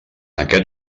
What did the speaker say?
aquest